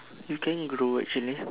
you can grow actually